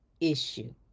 issue